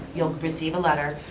you'll receive a letter,